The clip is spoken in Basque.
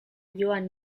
joan